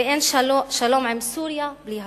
ואין שלום עם סוריה בלי הגולן.